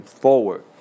forward